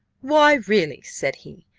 why, really, said he,